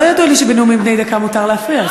לא ידוע לי שבנאומים בני דקה מותר להפריע,